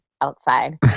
outside